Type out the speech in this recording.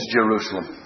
Jerusalem